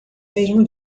mesmo